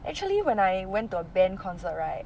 actually when I went to a band concert right